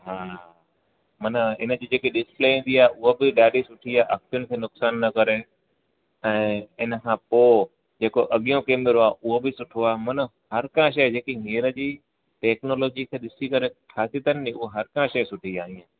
हा मन इन जी जेकी डिसप्ले ईंदी आहे उहा बि ॾाढी सुठी आहे अखियुनि खे नुक़सान न करे ऐं इन खां पोइ जेको अॻ्यों कैंमरो आहे उहो बि सुठो आहे मन हर का शइ जेकी हींअर जी टेक्नोलॉजी खे ॾिसी करे ठाही अथनि नि उहा हर का शइ सुठी आहे